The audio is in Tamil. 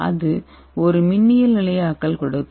அது ஒரு மின்னியல் நிலையாக்கலை கொடுக்கும்